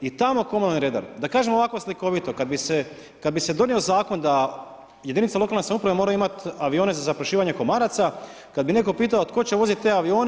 I tamo komunalni redar, da kažem ovako slikovito, kad bi se odnio zakon da jedinica lokalne samouprave mora imati avione za zaprašivanje komaraca, kad bi netko pitao tko će voziti te avione?